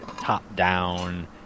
top-down